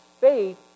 faith